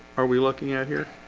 are we looking at here?